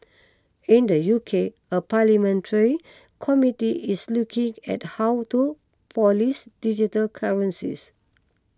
in the U K a parliamentary committee is looking at how to police digital currencies